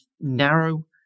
narrow